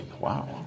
Wow